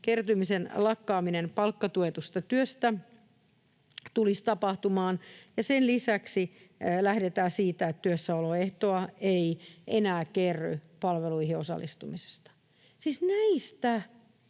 kertymisen lakkaaminen palkkatuetusta työstä tulisi tapahtumaan, ja sen lisäksi lähdetään siitä, että työssäoloehtoa ei enää kerry palveluihin osallistumisesta.